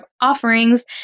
offerings